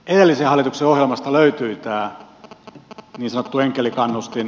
edellisen hallituksen ohjelmasta löytyi tämä niin sanottu enkelikannustin